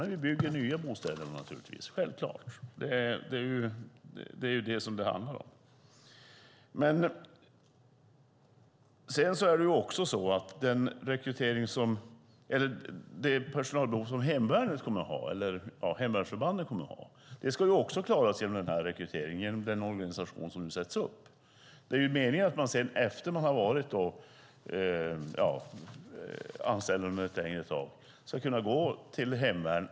Men vi bygger naturligtvis nya bostäder. Det är det som det handlar om. Det personalbehov som hemvärnsförbanden kommer att ha ska också klaras genom den här rekryteringen och den organisation som nu sätts upp. Meningen är att man efter att ha varit anställd under en längre tid ska kunna gå till hemvärnet.